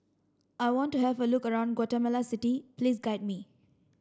I want to have a look around Guatemala City please guide me